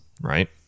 right